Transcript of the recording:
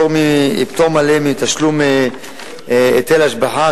פטור מלא מתשלום היטל השבחה,